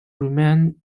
remain